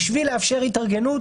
בשביל לאפשר התארגנות,